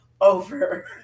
over